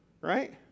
right